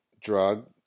drug